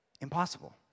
impossible